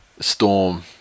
Storm